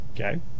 Okay